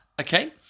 Okay